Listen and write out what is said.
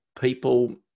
people